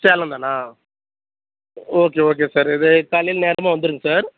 சேலம் தானா okay okay sir இது காலையில் நேரமாக வந்துடுங்க சார்